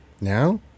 Now